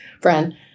friend